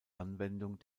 anwendung